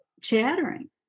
chattering